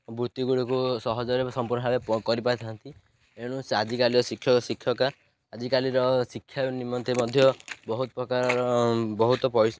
ବୃତ୍ତିଗୁଡ଼ିକୁ ସହଜରେ ସମ୍ପୂର୍ଣ ଭାବେ କରିପାରିଥାନ୍ତି ଏଣୁ ଆଜିକାଲିର ଶିକ୍ଷ ଶିକ୍ଷକ ଆଜିକାଲିର ଶିକ୍ଷା ନିମନ୍ତେ ମଧ୍ୟ ବହୁତ ପ୍ରକାରର ବହୁତ